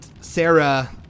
Sarah